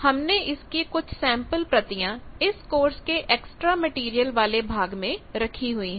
हमने इसकी कुछ सैंपल प्रतियां इस कोर्स के एक्स्ट्रा मटेरियल वाले भाग में रखी हुई है